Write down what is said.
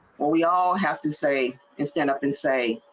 we all have to say and stand up and say.